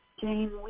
Jane